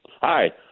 Hi